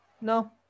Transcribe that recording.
No